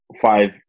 five